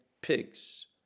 pigs